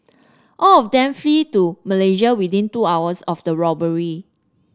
all of them flee to Malaysia within two hours of the robbery